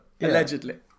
allegedly